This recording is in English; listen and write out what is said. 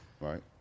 Right